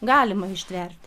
galima ištverti